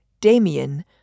Damien